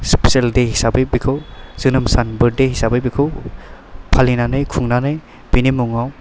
special दे हिसाबै बेखौ जोनोम सान बारदे हिसाबै बेखौ फालिनानै खुंनानै बिनि मुङाव